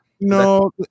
No